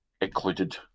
Included